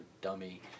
dummy